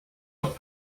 auch